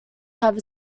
have